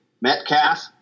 Metcalf